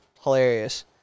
hilarious